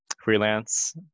freelance